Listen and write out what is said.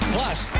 Plus